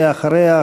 ואחריה,